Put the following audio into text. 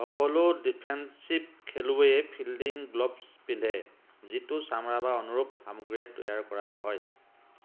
সকলো ডিফেন্সিভ খেলুৱৈয়ে fielding gloves পিন্ধে যিটো চামৰা বা অনুৰূপ সামগ্ৰীৰে তৈয়াৰ কৰা হয়